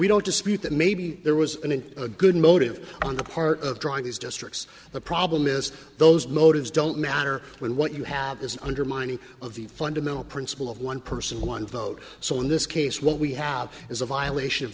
we don't dispute that maybe there was an a good motive on the part of drawing these districts the problem is those motives don't matter when what you have is undermining of the fundamental principle of one person one vote so in this case what we have is a violation of